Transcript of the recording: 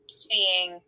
seeing